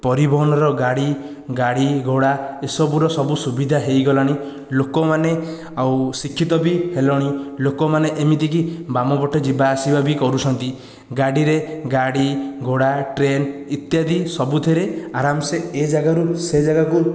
ପରିବହନର ଗାଡ଼ି ଗାଡ଼ି ଘୋଡ଼ା ଏସବୁର ସବୁ ସୁବିଧା ହୋଇଗଲାଣି ଲୋକମାନେ ଆଉ ଶିକ୍ଷିତ ବି ହେଲେଣି ଲୋକମାନେ ଏମିତିକି ବାମ ପଟେ ଯିବା ଆସିବା ବି କରୁଛନ୍ତି ଗାଡ଼ିରେ ଗାଡ଼ି ଘୋଡ଼ା ଟ୍ରେନ ଇତ୍ୟାଦି ସବୁଥିରେ ଆରାମସେ ଏ ଯାଗାରୁ ସେ ଯାଗାକୁ